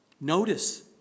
Notice